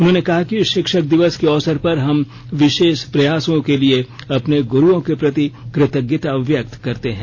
उन्होंने कहा कि शिक्षक दिवस के अवसर पर हम विशेष प्रयासों के लिए अपने गुरुओं के प्रति कृतज्ञता व्यक्त करते हैं